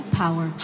power